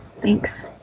Thanks